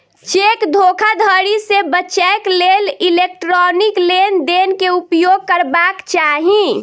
cheque धोखाधड़ी से बचैक लेल इलेक्ट्रॉनिक लेन देन के उपयोग करबाक चाही